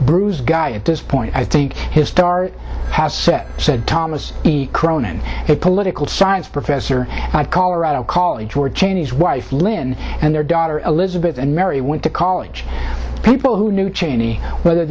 bruised guy at this point i think his star has set said thomas he cronan his political science professor of colorado college or cheney's wife lynne and their daughter elizabeth and mary went to college people who knew cheney whether